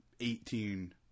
Eighteen